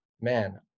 man